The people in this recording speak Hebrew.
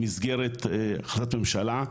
במסגרת החלטת ממשלה,